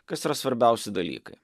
kas yra svarbiausi dalykai